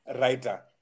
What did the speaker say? writer